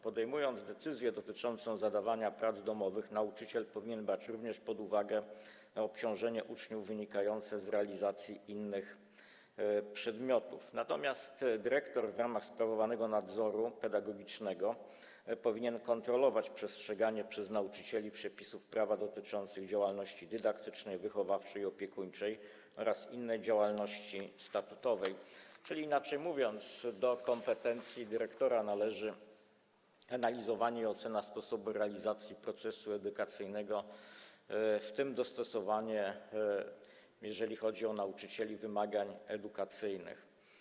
Podejmując decyzję dotyczącą zadawania prac domowych, nauczyciel powinien brać również pod uwagę obciążenie uczniów wynikające z nauczania innych przedmiotów, natomiast dyrektor w ramach sprawowanego nadzoru pedagogicznego powinien kontrolować przestrzeganie przez nauczycieli przepisów prawa dotyczących działalności dydaktycznej, wychowawczej i opiekuńczej oraz innej działalności statutowej, czyli, inaczej mówiąc, do kompetencji dyrektora należy analizowanie i ocena sposobu realizacji procesu edukacyjnego, w tym dostosowania, jeżeli chodzi o nauczycieli, wymagań edukacyjnych.